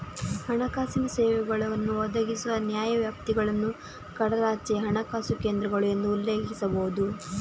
ಹಣಕಾಸಿನ ಸೇವೆಗಳನ್ನು ಒದಗಿಸುವ ನ್ಯಾಯವ್ಯಾಪ್ತಿಗಳನ್ನು ಕಡಲಾಚೆಯ ಹಣಕಾಸು ಕೇಂದ್ರಗಳು ಎಂದು ಉಲ್ಲೇಖಿಸಬಹುದು